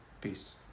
Peace